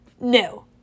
No